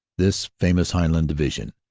this famous highland division,